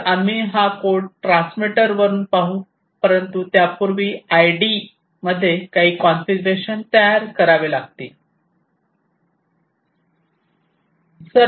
तर आम्ही हा कोड ट्रान्समीटर वरून पाहू परंतु त्यापूर्वी आयडी मध्ये काही कॉन्फिगरेशन तयार करावे लागतील